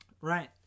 Right